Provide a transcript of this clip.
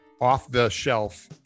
off-the-shelf